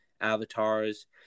avatars